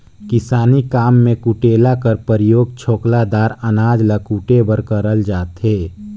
किसानी काम मे कुटेला कर परियोग छोकला दार अनाज ल कुटे बर करल जाथे